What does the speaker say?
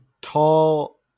tall